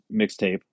mixtape